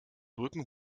brücken